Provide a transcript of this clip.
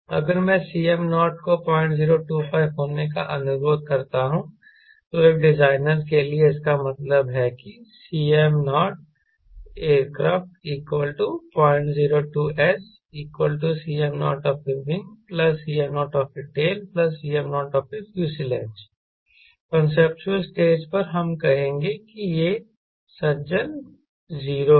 अगर मैं Cm0 को 0025 होने का अनुरोध करता हूं तो एक डिजाइनर के लिए इसका मतलब है कि Cm0ac002S Cm0WCm0tCm0f कांसेप्चुअल स्टेज पर हम कहेंगे कि यह सज्जन 0 है